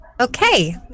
Okay